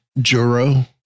Juro